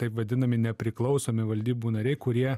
taip vadinami nepriklausomi valdybų nariai kurie